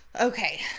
okay